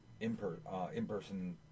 in-person